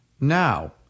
Now